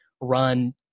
run